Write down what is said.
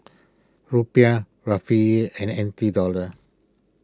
Rupiah Rufiyaa and N T Dollars